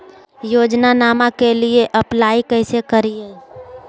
योजनामा के लिए अप्लाई कैसे करिए?